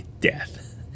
death